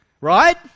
Right